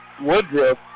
Woodruff